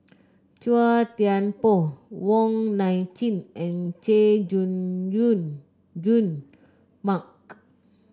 Chua Thian Poh Wong Nai Chin and Chay Jung Jun Jun Mark